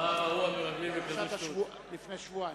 לפני שבועיים.